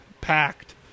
packed